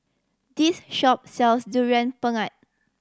this shop sells Durian Pengat